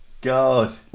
god